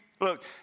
Look